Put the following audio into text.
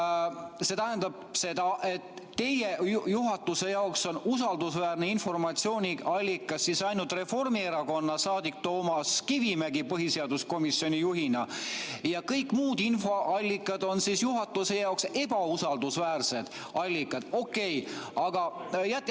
See tähendab seda, et juhatuse jaoks on usaldusväärne informatsiooniallikas ainult Reformierakonna saadik Toomas Kivimägi põhiseaduskomisjoni juhina ja kõik muud infoallikad on juhatuse jaoks ebausaldusväärsed allikad. Okei, jätame